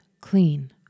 clean